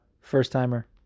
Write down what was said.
first-timer